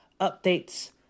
updates